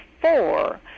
four